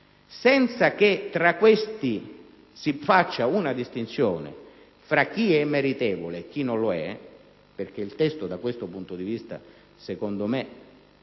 senza che si faccia distinzione tra chi è meritevole e chi non lo è - perché il testo, da questo punto di vista, secondo me,